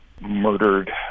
murdered